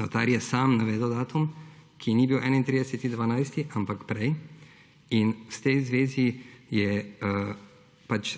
Notar je sam navedel datum, ki ni bil 31. 12., ampak prej. S tem v zvezi je pač